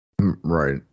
Right